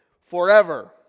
forever